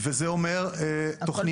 וזה אומר תוכניות.